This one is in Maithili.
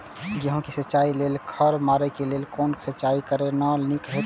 गेहूँ के सिंचाई लेल खर मारे के लेल कोन सिंचाई करे ल नीक रहैत?